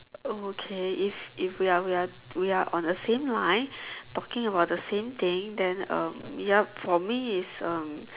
oh okay if if we are we are we are on the same line talking about the same thing then um ya for me it's uh